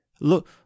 Look